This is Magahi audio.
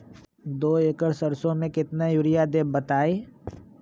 दो एकड़ सरसो म केतना यूरिया देब बताई?